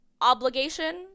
obligation